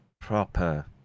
proper